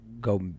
go